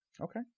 Okay